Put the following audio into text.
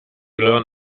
learn